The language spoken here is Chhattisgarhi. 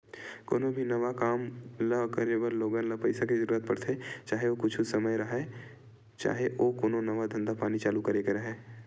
कोनो भी नवा काम ल करे बर लोगन ल पइसा के जरुरत पड़थे, चाहे ओ कुछु काम राहय, चाहे ओ कोनो नवा धंधा पानी चालू करे के राहय